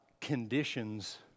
conditions